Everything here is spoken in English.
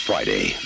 Friday